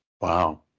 Wow